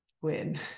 win